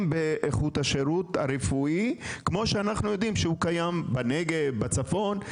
באיכות השירות הרפואי כמו שאנחנו יודעים שהוא קיים בנגב ובצפון.